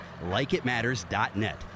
LikeItMatters.net